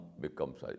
becomes